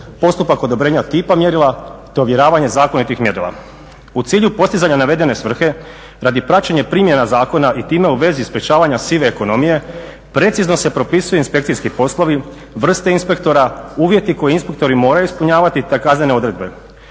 postupak odobrenja tipa mjerila te ovjeravanje zakonitih mjerila. U cilju postizanja navedene svrhe, radi praćenja primjena zakona i time u vezi sprečavanja sive ekonomije, precizno se propisuju inspekcijski poslovi, vrste inspektora, uvjeti koje inspektori moraju ispunjavati te kaznene odredbe.